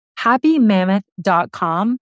happymammoth.com